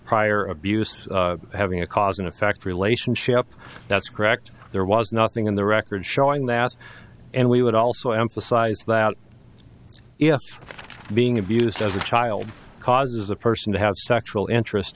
prior abuse having a cause and effect relationship that's correct there was nothing in the record showing that and we would also emphasize that if being abused as a child causes a person to have sexual interest